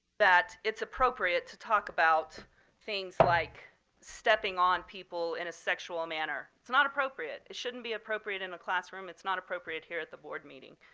that it's appropriate to talk about things like stepping on people in a sexual manner. it's not appropriate. it shouldn't be appropriate in a classroom, it's not appropriate here at the board meeting.